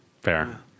fair